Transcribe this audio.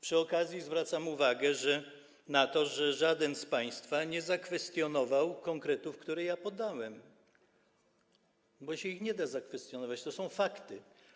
Przy okazji zwracam uwagę na to, że nikt z państwa nie zakwestionował konkretów, które podałem, bo ich się nie da zakwestionować, to są fakty.